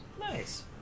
Nice